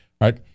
right